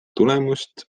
tulemust